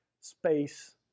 space